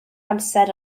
amser